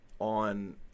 on